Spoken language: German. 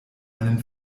einen